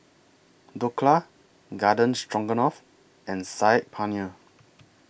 Dhokla Garden Stroganoff and Saag Paneer